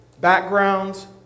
backgrounds